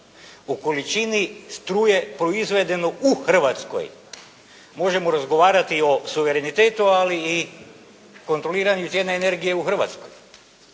u količini struje proizvedene u Hrvatskoj, možemo razgovarati i o suverenitetu, ali i kontroliranju cijene energije u Hrvatskoj.